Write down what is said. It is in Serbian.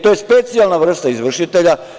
To je specijalna vrsta izvršitelja.